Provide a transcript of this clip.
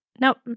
nope